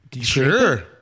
Sure